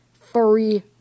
furry